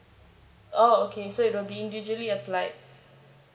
orh okay so it will be individually applied